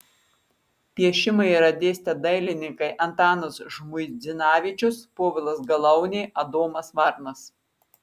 piešimą yra dėstę dailininkai antanas žmuidzinavičius povilas galaunė adomas varnas